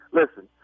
listen